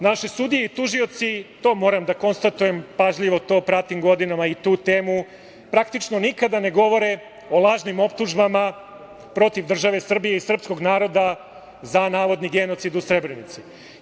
Naši sudiji i tužioci, to moram da konstatujem pažljivo, to pratim godinama i tu temu, praktično nikada ne govore o lažnim optužbama protiv države Srbije i srpskog naroda za navodni genocid u Srebrenici.